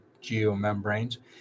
geomembranes